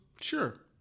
sure